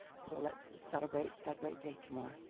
so let's celebrate that great day tomorrow.